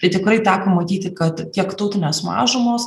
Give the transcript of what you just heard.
tai tikrai teko matyti kad tiek tautinės mažumos